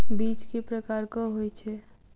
बीज केँ प्रकार कऽ होइ छै?